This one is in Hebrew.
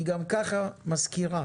היא גם כך משכירה.